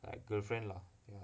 err girlfriend lah ya